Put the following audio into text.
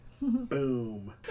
Boom